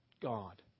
God